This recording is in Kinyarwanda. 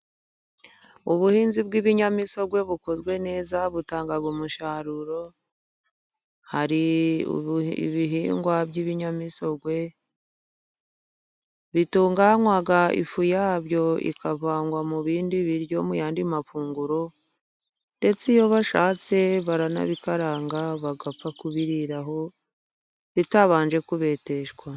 Ubuhinzi bw'ibinyamisogwe bukozwe neza, butanga umusaruro hari ibihingwa by'ibinyamisogwe, bitunganywa ifu yabyo ikavangwa mu bindi biryo ,mu yandi mafunguro ndetse iyo bashatse baranabikaranga bagapfa kubiriraho bitabanje kubeteshwa.